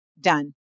done